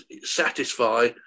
satisfy